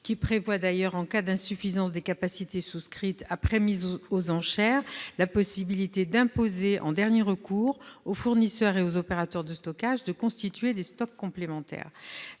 à prévoir, en cas d'insuffisance des capacités souscrites après mise aux enchères, la possibilité d'imposer, en dernier recours, aux fournisseurs et aux opérateurs de stockage de constituer des stocks complémentaires.